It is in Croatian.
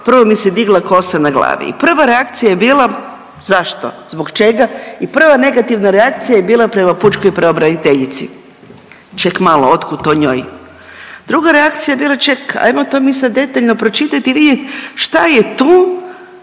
prvo mi se digla kosa na glavi i prva reakcija je bila zašto, zbog čega i prva negativna reakcija je bila prema pučkoj pravobraniteljici, ček malo od kud to njoj? Druga reakcija je bila, ček ajmo mi sad to detaljno pročitati i vidjeti šta je tu